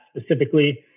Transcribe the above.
specifically